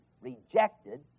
rejected